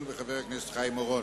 לאחר מכן היינו אמורים